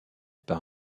par